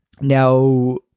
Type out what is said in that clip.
now